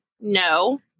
no